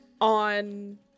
on